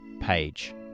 page